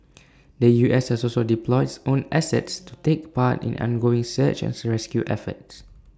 the U S has also deploys own assets to take part in ongoing search and sir rescue efforts